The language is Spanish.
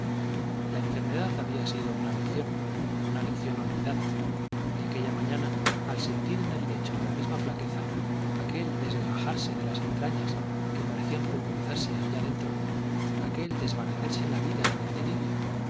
la enfermedad había sido una lección una lección olvidada y aquella mañana al sentir en el lecho la misma flaqueza aquel desgajarse de las entrañas que parecían pulverizarse allá dentro aquel desvanecerse la vida en el delirio